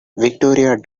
victoria